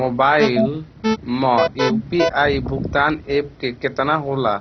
mobile म UPI भुगतान app केतना होला